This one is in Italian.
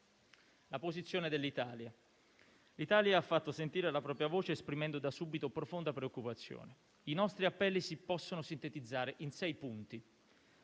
internazionale umanitario. L'Italia ha fatto sentire la propria voce esprimendo da subito profonda preoccupazione e i nostri appelli si possono sintetizzare in sei punti: